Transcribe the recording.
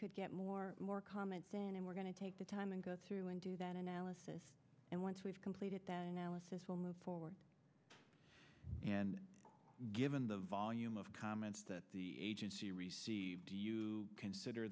could get more more comments and we're going to take the time and go through and do that analysis and once we've completed that analysis will move forward and given the volume of comments that agency received do you consider